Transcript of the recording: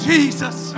Jesus